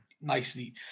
nicely